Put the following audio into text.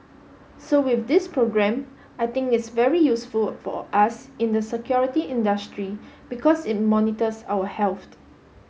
so with this program I think it's very useful for us in the security industry because it monitors our health